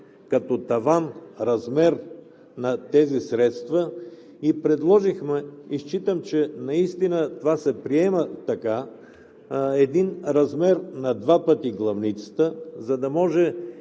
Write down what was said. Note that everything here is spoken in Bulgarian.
страни таван – размер на тези средства. Предложихме и считам, че наистина това се приема така – един размер на два пъти в главницата, за да може